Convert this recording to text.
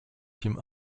tim